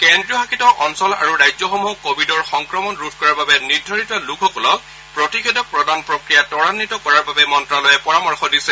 কেজ্ৰীয়শাসিত অঞ্চল আৰু ৰাজ্যসমূহক ক ভিডৰ সংক্ৰণ ৰোধ কৰাৰ বাবে নিৰ্ধাৰিত লোকসকলক প্ৰতিষেধক প্ৰদান প্ৰক্ৰিয়া ত্বৰায়িত কৰাৰ বাবে মন্তালয়ে পৰামৰ্শ দিছে